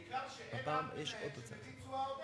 בעיקר שאין אף מנהל שמביא תשואה עודפת.